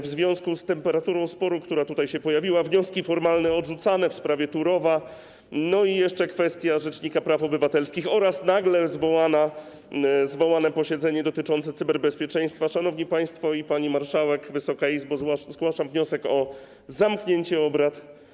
Ze względu na temperaturę sporu, która tutaj się pojawiła, wnioski formalne odrzucane w sprawie Turowa i jeszcze kwestię rzecznika praw obywatelskich oraz nagle zwołane posiedzenie dotyczące cyberbezpieczeństwa, szanowni państwo, pani marszałek, Wysoka Izbo, zgłaszam wniosek o zamknięcie obrad.